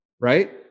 right